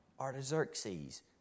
Artaxerxes